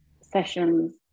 sessions